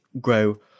grow